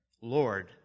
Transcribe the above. Lord